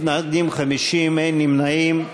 מתנגדים 50, אין נמנעים.